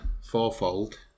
fourfold